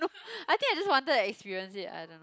I think I just wanted to experience it I don't know